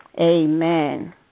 Amen